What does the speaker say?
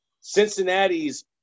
Cincinnati's